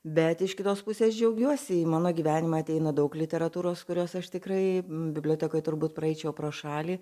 bet iš kitos pusės džiaugiuosi į mano gyvenimą ateina daug literatūros kurios aš tikrai bibliotekoj turbūt praeičiau pro šalį